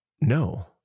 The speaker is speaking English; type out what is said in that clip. No